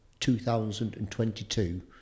2022